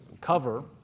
cover